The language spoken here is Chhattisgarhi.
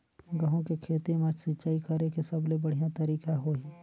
गंहू के खेती मां सिंचाई करेके सबले बढ़िया तरीका होही?